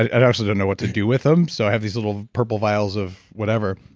i also didn't know what to do with them, so i have these little purple vials of whatever.